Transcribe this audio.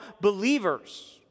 believers